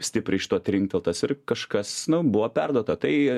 stipriai šituo trinkteltas ir kažkas buvo perduota tai